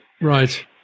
Right